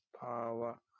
power